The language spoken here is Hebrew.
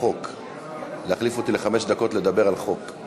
אני קובע שהצעת חוק חובת המכרזים (תיקון,